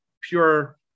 pure